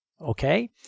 Okay